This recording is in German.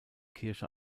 kirche